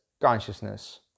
consciousness